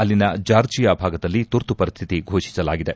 ಅಲ್ಲಿನ ಜಾರ್ಜಿಯಾ ಭಾಗದಲ್ಲಿ ತುರ್ತು ಪರಿಸ್ಹಿತಿ ಘೋಷಿಸಲಾಗಿದೆ